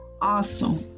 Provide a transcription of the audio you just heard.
awesome